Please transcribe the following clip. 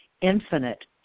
infinite